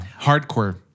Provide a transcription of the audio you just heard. hardcore